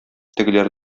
тегеләр